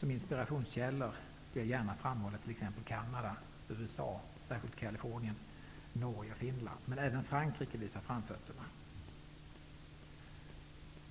Som inspirationskällor vill jag gärna framhålla t.ex. Finland. Men även Frankrike visar framfötterna.